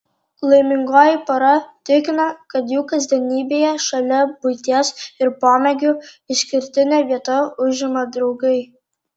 laimingoji pora tikina kad jų kasdienybėje šalia buities ir pomėgių išskirtinę vietą užima draugai